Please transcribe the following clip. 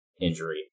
injury